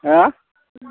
हा